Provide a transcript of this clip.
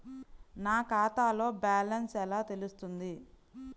నా ఖాతాలో బ్యాలెన్స్ ఎలా తెలుస్తుంది?